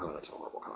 that's horrible.